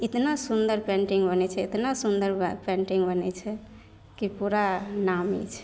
एतना सुन्दर पेन्टिन्ग बनै छै एतना सुन्दर पेन्टिन्ग बनै छै कि पूरा नामी छै